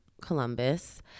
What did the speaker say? Columbus